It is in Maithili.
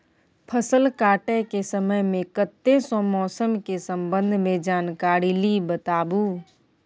फसल काटय के समय मे कत्ते सॅ मौसम के संबंध मे जानकारी ली बताबू?